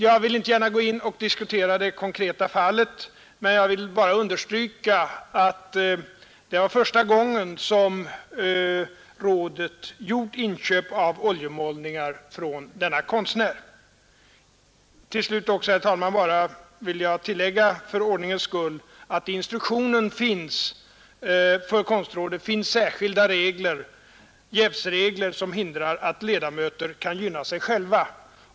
Jag vill inte gärna diskutera det konkreta fallet utan önskar beträffande konsten i riksdagshuset endast understryka att det var första gången som rådet gjort inköp av oljemålningar från den ifrågavarande konstnären. Till slut, herr talman, vill jag tillägga för ordningens skull att i instruktionen för konstrådet finns särskilda jävsregler som hindrar att ledamöter kan gynna sig själva.